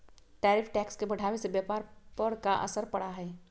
tariff tax के बढ़ावे से व्यापार पर का असर पड़ा हई